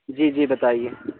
جی جی بتائیے